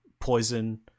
poison